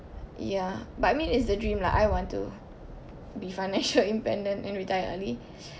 ya but I mean it's the dream lah I want to be financial independent and retire early